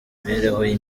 mibereho